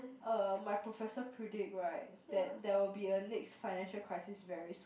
uh my professor predict right that there will be a next financial crisis very soon